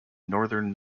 northern